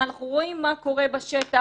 ואנחנו רואים מה קורה בשטח.